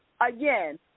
again